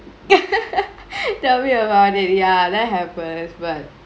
tell me about it ya that happens but